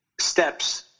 steps